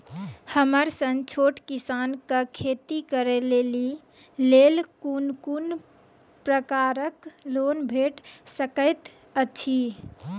हमर सन छोट किसान कअ खेती करै लेली लेल कून कून प्रकारक लोन भेट सकैत अछि?